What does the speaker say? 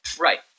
Right